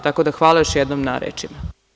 Tako da hvala još jednom na rečima.